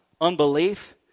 Unbelief